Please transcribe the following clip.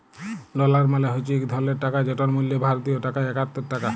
dollar মালে হছে ইক ধরলের টাকা যেটর মূল্য ভারতীয় টাকায় একাত্তর টাকা